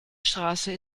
straße